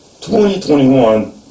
2021